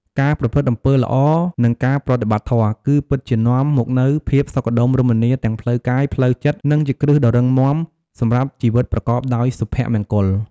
ការប្រព្រឹត្តអំពើល្អ និងការប្រតិបត្តិធម៌ គឺពិតជានាំមកនូវភាពសុខដុមរមនាទាំងផ្លូវកាយ ផ្លូវចិត្ត និងជាគ្រឹះដ៏រឹងមាំសម្រាប់ជីវិតប្រកបដោយសុភមង្គល។